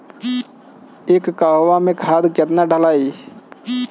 एक कहवा मे खाद केतना ढालाई?